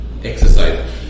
exercise